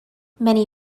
many